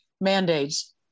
mandates